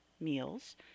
meals